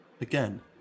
Again